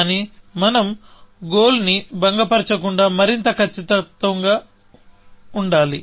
కానీ మనం గోల్ ని భంగపరచకుండా మరింత ఖచ్చితంగా ఉండాలి